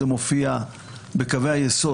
זה מופיע בקווי היסוד,